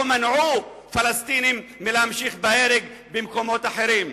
מנעו פלסטינים מלהמשיך בהרג במקומות אחרים.